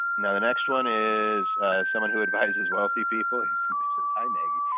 now the next one is someone who advises wealthy people. if somebody says hi maggie.